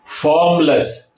formless